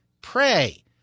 Pray